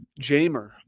Jamer